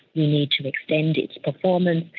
we need to extend its performance,